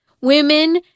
Women